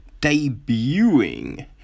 debuting